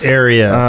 area